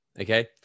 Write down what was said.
Okay